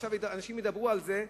עכשיו אנשים ידברו על זה,